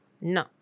no